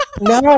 No